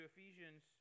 Ephesians